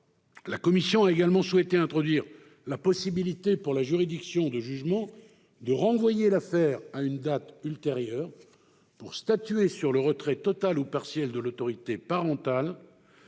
la commission a également souhaité introduire la possibilité, pour la juridiction de jugement, de renvoyer l'affaire à une date ultérieure pour statuer sur le retrait total ou partiel de l'autorité parentale.